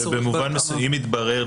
ובמובן מסוים אם יתברר,